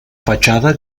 fatxada